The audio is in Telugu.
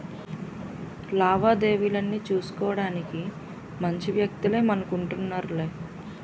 లావాదేవీలన్నీ సూసుకోడానికి మంచి వ్యక్తులే మనకు ఉంటన్నారులే